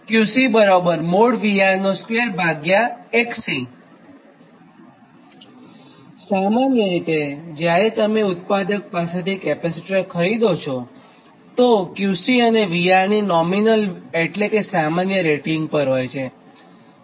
QC │ VR │2 Xc સામાન્ય રીતે જ્યારે તમે ઉત્પાદક પાસેથી કેપેસિટર ખરીદો છો તે QC અને VR ની નોમિનલ એટલે કે સામાન્ય રેટિંગ પર હોય છે